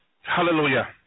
Hallelujah